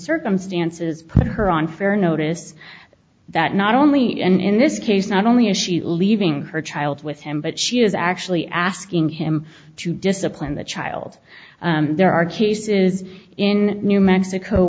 circumstances put her on fair notice that not only in this case not only is she leaving her child with him but she is actually asking him to discipline the child there are cases in new mexico